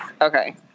okay